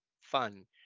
fun